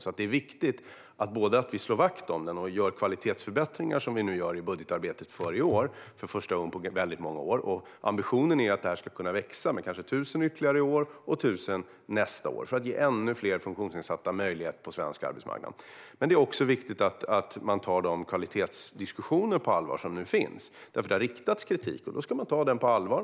Det är alltså viktigt att vi slår vakt om den och gör kvalitetsförbättringar, som vi nu gör i budgetarbetet för i år - för första gången på väldigt många år. Ambitionen är att detta ska kunna växa med kanske ytterligare 1 000 i år och 1 000 nästa år, för att vi ska ge ännu fler funktionsnedsatta en möjlighet på svensk arbetsmarknad. Men det är också viktigt att man tar de kvalitetsdiskussioner som nu finns på allvar. Det har riktats kritik, och då ska man ta den på allvar.